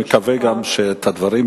ואי-אפשר לדבר על ביטחון ללא שלום.